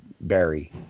Barry